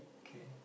K